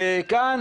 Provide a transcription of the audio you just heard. כאן